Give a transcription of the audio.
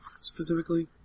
specifically